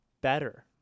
better